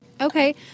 Okay